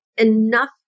enough